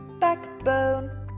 backbone